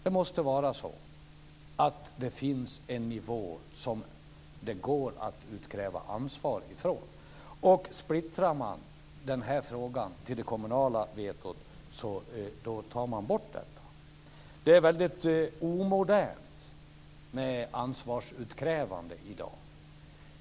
Det måste finnas en nivå som det går att utkräva ansvar från. Om frågan splittras till det kommunala vetot tas ansvaret bort. Det är omodernt att utkräva ansvar i dag.